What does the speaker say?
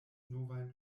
novajn